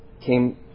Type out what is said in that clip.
came